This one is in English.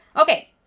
okay